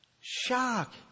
shock